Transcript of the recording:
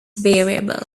variable